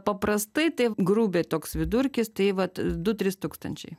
paprastai tai grubiai toks vidurkis tai vat du trys tūkstančiai